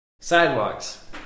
Sidewalks